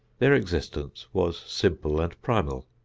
their existence was simple and primal,